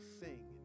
sing